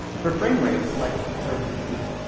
for frame rate, select thirty p.